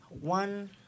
one